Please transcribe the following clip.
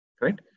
Right